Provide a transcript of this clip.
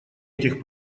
этих